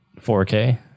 4K